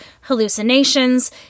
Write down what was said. hallucinations